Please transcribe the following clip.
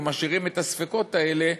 או משאירים את הספקות האלה,